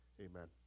Amen